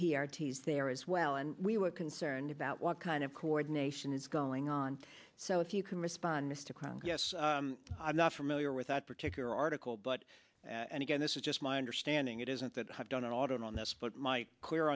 is there as well and we were concerned about what kind of coordination is going on so if you can respond yes i'm not familiar with that particular article but and again this is just my understanding it isn't that i've done an audit on this but my clear